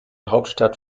hauptstadt